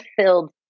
filled